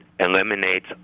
Eliminates